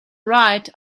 right